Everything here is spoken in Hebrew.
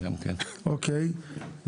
אוקיי.